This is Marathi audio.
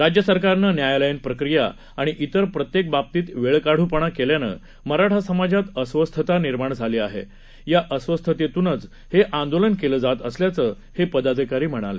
राज्यसरकारनंन्यायालयीनप्रक्रियाआणिइतरप्रत्येकबाबतीतवेळकाढपणाकेल्यानं मराठासमाजातअस्वस्थतानिर्माणझालीआहे याअस्वस्थतेतूनचहेआंदोलनकेलंजातअसल्याचं हेपदाधिकारीम्हणाले